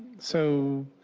so